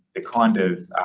the kind of,